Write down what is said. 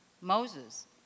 Moses